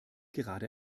gerade